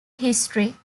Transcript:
history